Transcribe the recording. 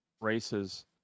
races